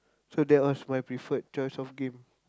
so that was my preferred choice of game